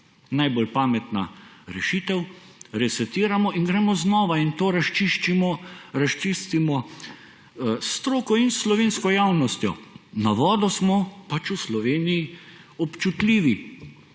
Najbolj pametna rešitev, resetiramo in gremo znova, in to razčistimo s stroko in s slovensko javnostjo. Na vodo smo pač v Sloveniji občutljivi,